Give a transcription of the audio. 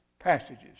Passages